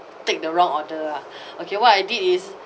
take the wrong order ah okay what I did is